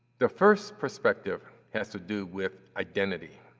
the first perspective has to do with identity.